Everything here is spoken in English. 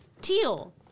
teal